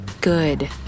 good